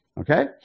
okay